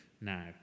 now